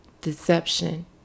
deception